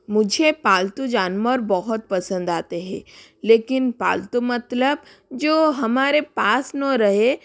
मुझे पालतू जानवर बहुत पसंद आते हैं लेकिन पालतू मतलब जो हमारे पास न रहे